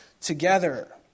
together